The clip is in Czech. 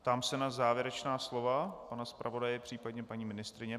Ptám se na závěrečná slova pana zpravodaje, případně paní ministryně.